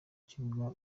kibuga